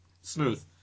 Smooth